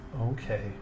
okay